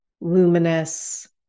luminous